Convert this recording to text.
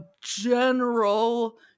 general